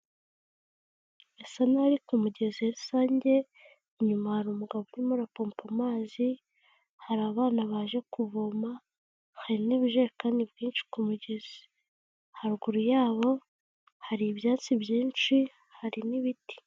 Bisa naho ari ku mugezi rusange inyuma hari umugabo urimo urapopa amazi, hari abana baje kuvoma hari n'ibijerekani k'umugezi, haruguru yabo hari ibyatsi byinshi hari n'ibiti.